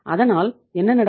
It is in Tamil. அதனால் என்ன நடக்கும்